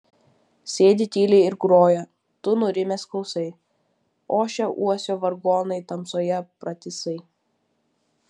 sėdi tyliai ir groja tu nurimęs klausai ošia uosio vargonai tamsoje pratisai